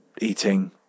eating